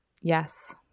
Yes